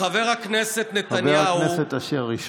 חבר הכנסת אשר, ראשונה.